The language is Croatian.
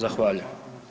Zahvaljujem.